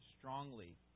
strongly